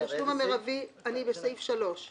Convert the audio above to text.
אני לא יודעת אם ללא הגבלת עמודים.